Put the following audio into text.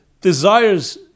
desires